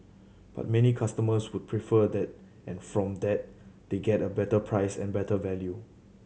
but many customers would prefer that and from that they get a better price and better value